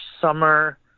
summer